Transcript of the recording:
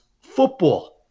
football